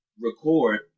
record